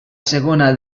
segona